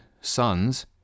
sons